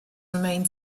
remained